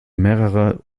mehrerer